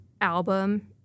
album